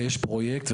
ויש פרויקט,